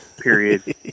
period